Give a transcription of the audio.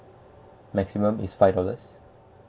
maximum is five dollars